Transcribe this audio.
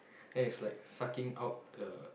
then it's like sucking out the